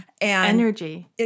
Energy